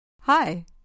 Hi